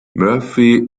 murphy